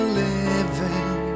living